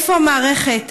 איפה המערכת?